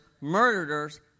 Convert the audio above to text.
murderers